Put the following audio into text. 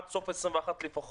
עד סוף 2021 לפחות